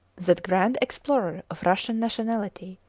that grand explorer of russian nationality,